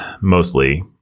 mostly –